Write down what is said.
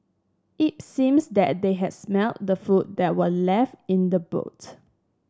it seems that they had smelt the food that were left in the boot